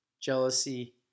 jealousy